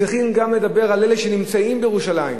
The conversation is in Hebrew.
צריכים גם לדבר על אלה שנמצאים בירושלים,